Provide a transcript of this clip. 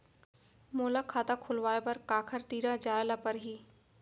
मोला खाता खोलवाय बर काखर तिरा जाय ल परही?